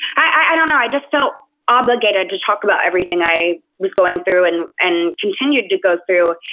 i don't know, i just felt obligated to talk about everything i was going through and and continued to go through.